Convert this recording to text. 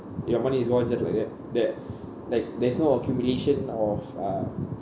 your money is gone just like that that like there's no accumulation of uh